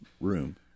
room